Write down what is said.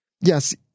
Yes